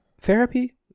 therapy